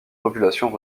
populations